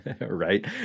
right